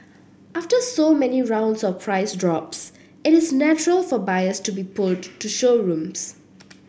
after so many rounds of price drops it is natural for buyers to be pulled to showrooms